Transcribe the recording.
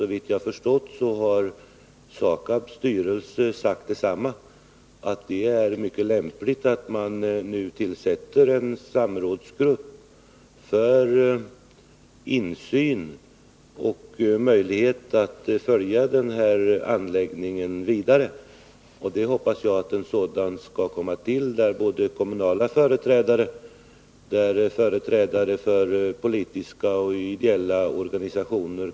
Såvitt jag förstått har SAKAB:s styrelse sagt detsamma, nämligen att det är mycket lämpligt att man nu tillsätter en samrådsgrupp för översyn och för att ge möjlighet att följa arbetet med den här anläggningen. Jag hoppas att en sådan grupp kommer till stånd och att den skall få företrädare för kommunen samt för politiska och ideella organisationer.